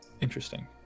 Interesting